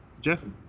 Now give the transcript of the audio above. Jeff